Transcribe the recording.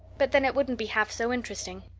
but then it wouldn't be half so interesting.